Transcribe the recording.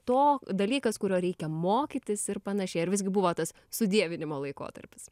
to dalykas kurio reikia mokytis ir panašiai ar visgi buvo tas sudievinimo laikotarpis